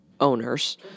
owners